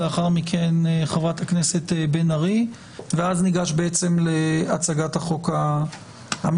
לאחר מכן חברת הכנסת בן ארי ואז ניגש להצגת הצעת החוק הממשלתית,